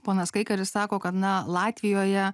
ponas kaikaris sako kad na latvijoje